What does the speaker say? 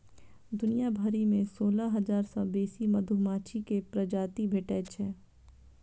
दुनिया भरि मे सोलह हजार सं बेसी मधुमाछी के प्रजाति भेटै छै